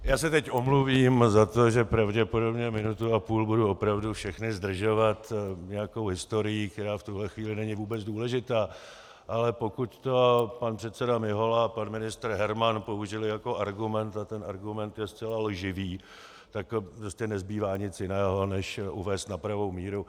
Já se teď omluvím za to, že pravděpodobně minutu a půl budu opravdu všechny zdržovat nějakou historií, která v tuhle chvíli není vůbec důležitá, ale pokud to pan předseda Mihola a pan ministr Herman použili jako argument, a ten argument je zcela lživý, tak mně prostě nezbývá nic jiného, než to uvést na pravou míru.